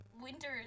winter